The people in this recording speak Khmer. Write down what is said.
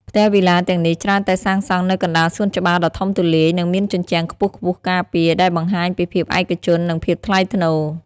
ផ្ទះវីឡាទាំងនេះច្រើនតែសាងសង់នៅកណ្តាលសួនច្បារដ៏ធំទូលាយ និងមានជញ្ជាំងខ្ពស់ៗការពារ ដែលបង្ហាញពីភាពឯកជន និងភាពថ្លៃថ្នូរ។